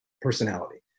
personality